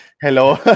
hello